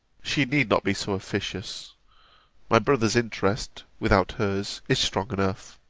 she need not be so officious my brother's interest, without hers, is strong enough